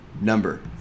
number